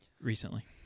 recently